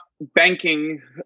banking